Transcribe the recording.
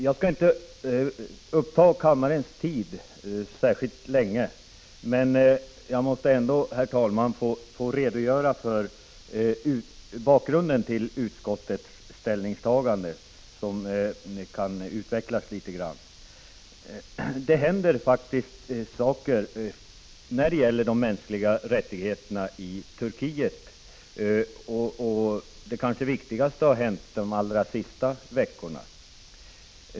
Jag skall inte uppta kammarens tid särskilt länge, men jag måste ändå få redogöra för bakgrunden till utskottets ställningstagande, som kan utvecklas litet grand. Det händer faktiskt saker när det gäller de mänskliga rättigheterna i Turkiet, och det kanske viktigaste har hänt de allra senaste veckorna.